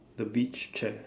the beach chair